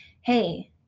hey